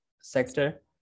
sector